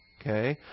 Okay